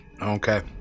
Okay